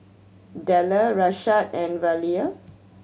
Dellar Rashad and Velia